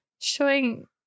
Showing